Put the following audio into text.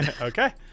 Okay